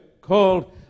called